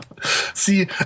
see